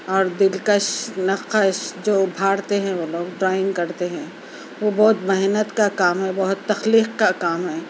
اور دِلکش نقش جو اُبھارتے ہیں وہ لوگ ڈرائنگ کرتے ہیں وہ بہت محنت کا کام ہے بہت تخلیق کا کام ہے